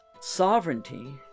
sovereignty